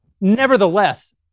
Nevertheless